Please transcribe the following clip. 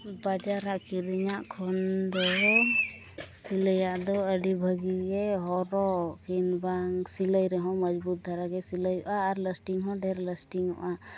ᱵᱟᱡᱟᱨ ᱨᱮ ᱠᱤᱨᱤᱧᱟᱜ ᱠᱷᱚᱱ ᱫᱚ ᱥᱤᱞᱟᱹᱭᱟᱜ ᱫᱚ ᱟᱹᱰᱤ ᱵᱷᱟᱹᱜᱤ ᱜᱮ ᱦᱚᱨᱚᱜ ᱠᱤᱢᱵᱟ ᱥᱤᱞᱟᱹᱭ ᱨᱮᱦᱚᱸ ᱢᱚᱡᱽᱵᱩᱛ ᱫᱷᱟᱨᱟ ᱜᱮ ᱥᱤᱞᱟᱹᱭᱚᱜᱼᱟ ᱟᱨ ᱞᱟᱥᱴᱤᱝ ᱦᱚᱸ ᱰᱷᱮᱨ ᱞᱟᱥᱴᱤᱝ ᱚᱜᱼᱟ